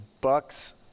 Bucks